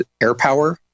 AirPower